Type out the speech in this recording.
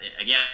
again